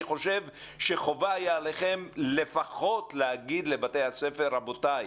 ואני חושב שחובה היה עליכם לפחות להגיד לבתי הספר: רבותיי,